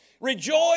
Rejoice